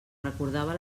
recordava